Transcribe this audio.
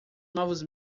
novos